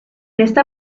esta